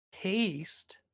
taste